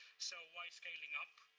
so why scaling up?